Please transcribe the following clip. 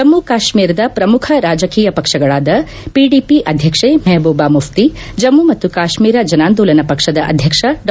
ಜಮ್ನು ಕಾಶೀರದ ಪ್ರಮುಖ ರಾಜಕೀಯ ಪಕ್ಷಗಳಾದ ಪಿಡಿಪಿ ಅಧ್ಯಕ್ಷೆ ಮೆಹಬೂಬ ಮುಫ್ಟಿ ಜಮ್ಮ ಮತ್ತು ಕಾಶ್ನೀರ ಜನಾಂದೋಲನ ಪಕ್ಷದ ಅಧ್ಯಕ್ಷ ಡಾ